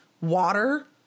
water